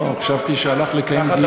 לא, חשבתי שהלך לקיים דיון.